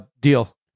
Deal